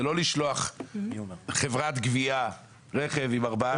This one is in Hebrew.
זה לא לשלוח חברת גבייה, רכב עם ארבעה גובים.